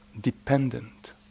dependent